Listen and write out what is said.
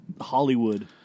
Hollywood